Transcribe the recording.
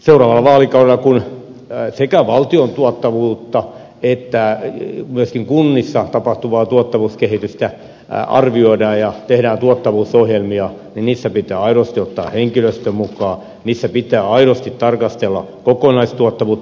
seuraavalla vaalikaudella kun sekä valtion tuottavuutta että myöskin kunnissa tapahtuvaa tuottavuuskehitystä arvioidaan ja tehdään tuottavuusohjelmia niissä pitää aidosti ottaa henkilöstö mukaan niissä pitää aidosti tarkastella kokonaistuottavuutta